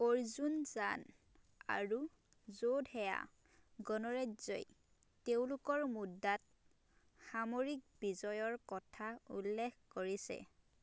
অৰ্জুনযান আৰু যৌধেয়া গণৰাজ্যই তেওঁলোকৰ মুদ্ৰাত সামৰিক বিজয়ৰ কথা উল্লেখ কৰিছে